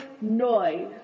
noise